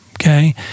okay